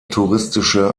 touristische